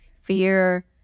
fear